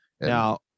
now